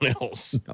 else